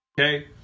Okay